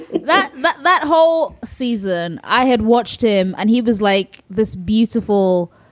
that but that whole season, i had watched him and he was like this beautiful,